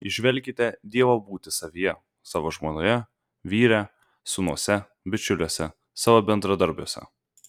įžvelkite dievo būtį savyje savo žmonoje vyre sūnuose bičiuliuose savo bendradarbiuose